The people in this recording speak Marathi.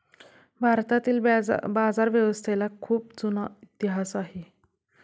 भारतातील बाजारव्यवस्थेला खूप जुना इतिहास आहे